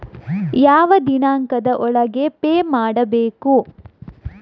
ಯಾವ ದಿನಾಂಕದ ಒಳಗೆ ಪೇ ಮಾಡಬೇಕು?